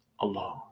alone